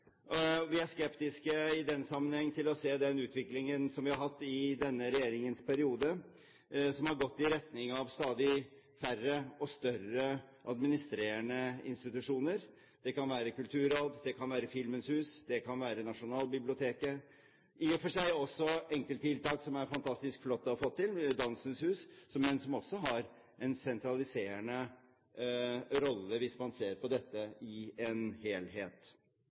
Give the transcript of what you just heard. den sammenheng skeptiske til den utviklingen vi har hatt i denne regjeringens periode, som har gått i retning av stadig færre og større administrerende institusjoner. Det kan være Kulturrådet, det kan være Filmens hus, det kan være Nasjonalbiblioteket. Det kan i og for seg også være enkelttiltak, som er fantastisk flott å ha fått til, som Dansens Hus, men som også har en sentraliserende rolle hvis man ser på dette i en helhet.